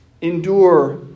Endure